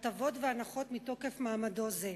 הטבות והנחות מתוקף מעמדו זה.